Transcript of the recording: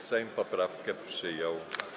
Sejm poprawkę przyjął.